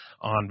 on